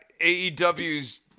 AEW's